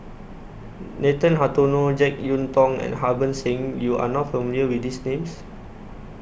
Nathan Hartono Jek Yeun Thong and Harbans Singh YOU Are not familiar with These Names